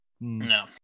no